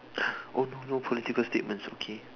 oh no no political statements okay